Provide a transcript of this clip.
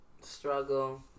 Struggle